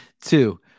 Two